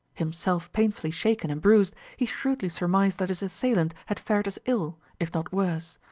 himself painfully shaken and bruised, he shrewdly surmised that his assailant had fared as ill, if not worse.